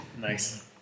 Nice